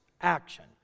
action